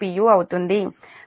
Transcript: u అవుతుంది